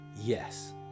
yes